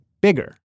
bigger